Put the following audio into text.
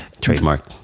trademark